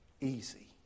easy